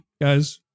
guys